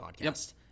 podcast